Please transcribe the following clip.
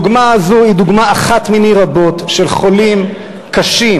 הדוגמה הזאת היא דוגמה אחת מני רבות של חולים קשים,